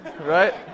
Right